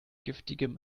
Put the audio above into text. giftigem